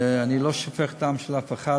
ואני לא שופך דם של אף אחד,